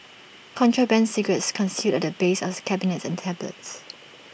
contraband cigarettes concealed at the base of cabinets and tablets